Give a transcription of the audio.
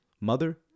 mother